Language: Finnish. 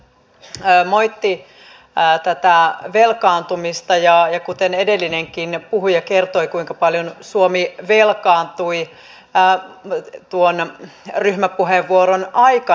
hän moitti tätä velkaantumista ja edellinenkin puhuja kertoi kuinka paljon suomi velkaantui tuon ryhmäpuheenvuoron aikana